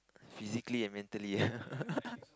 physically and mentally